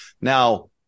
Now